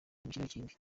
ikindi